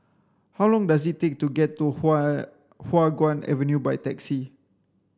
how long does it take to get to Huan Hua Guan Avenue by taxi